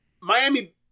Miami